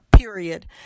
Period